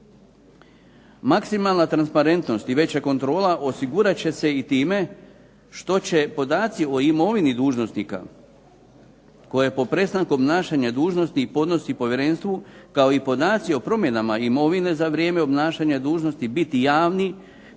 Maksimalna transparentnost i veća kontrola osigurat će se i time što će podaci o imovini dužnosnika koje po prestanku obnašanja dužnosti podnosi povjerenstvu, kao i podaci o promjenama imovine za vrijeme obnašanja dužnosti biti javni